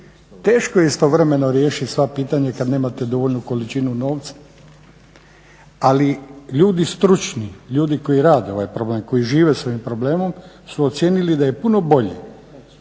Teško je istovremeno riješiti sva pitanja kada nemate dovoljnu količinu novca, ali ljudi stručni, ljudi koji rade ovaj problem, koji žive s ovim problemom su ocijenili da je puno bolje